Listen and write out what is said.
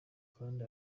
kandi